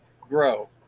grow